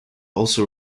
also